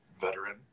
veteran